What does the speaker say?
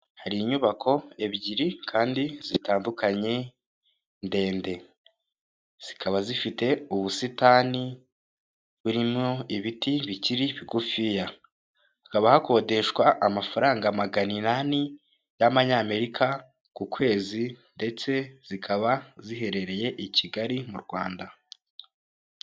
Hari inyubako ebyiri kandi zitandukanye ndende, zikaba zifite ubusitani burimo ibiti bikiri bigufiya, hakaba hakodeshwa amafaranga magana inani y'Abanyamerika ku kwezi ndetse zikaba ziherereye i Kigali mu Rwanda.